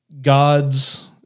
God's